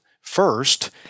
first